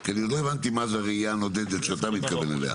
כי אני עוד לא הבנתי מה זו הרעייה הנודדת שאתה מתכוון אליה.